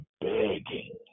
begging